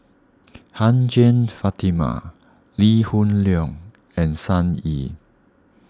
Hajjah Fatimah Lee Hoon Leong and Sun Yee